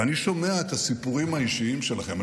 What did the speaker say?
ואני שומע את הסיפורים האישיים שלכם.